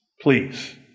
please